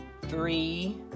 three